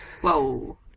Whoa